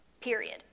period